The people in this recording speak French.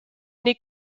n’est